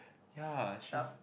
ya she's